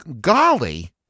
golly